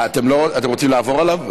אתם רוצים לעבור עליו?